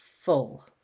full